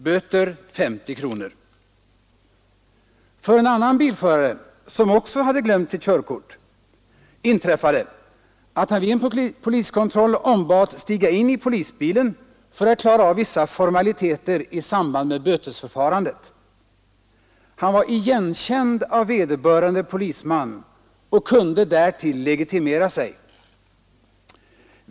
Böter 50 kronor! En annan bilförare, som också hade glömt sitt körkort, ombads vid en poliskontroll stiga in i polisbilen för att klara av vissa formaliteter i samband med bötesförfarandet. Han var igenkänd av vederbörande polisman och kunde därtill legitimera sig.